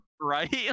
right